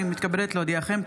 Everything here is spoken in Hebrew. הינני מתכבדת להודיעכם,